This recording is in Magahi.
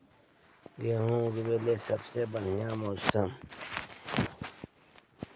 गेहूँ ऊगवे लगी सबसे बढ़िया मौसम?